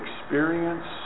experience